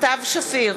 סתיו שפיר,